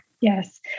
Yes